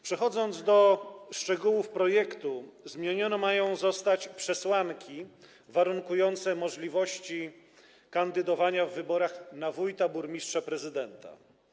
Przechodząc do szczegółów projektu - zmienione mają zostać przesłanki warunkujące możliwości kandydowania w wyborach na wójta, burmistrza, prezydenta.